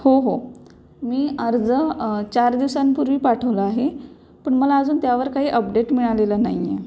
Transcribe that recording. हो हो मी अर्ज चार दिवसांपूर्वी पाठवलं आहे पण मला अजून त्यावर काही अपडेट मिळालेला नाही आहे